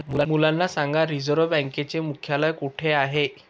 मुलांना सांगा रिझर्व्ह बँकेचे मुख्यालय कुठे आहे